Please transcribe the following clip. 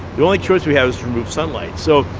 the only choice we have remove sunlight. so,